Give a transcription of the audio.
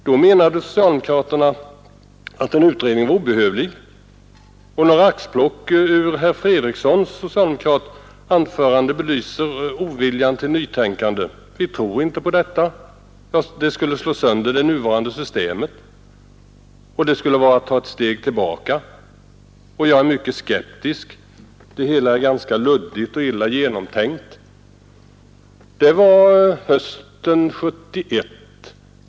Då menade socialdemokraterna att en utredning var obehövlig. Några axplock ur herr Fredrikssons, socialdemokrat, anförande belyser oviljan till nytänkande. Han sade bl.a.: ”Vi tror inte på detta, det skulle slå sönder det nuvarande systemet, och det skulle vara att ta ett steg tillbaka, och jag är mycket skeptisk, det hela är ganska luddigt och illa genomtänkt.” Det var som sagt hösten 1971.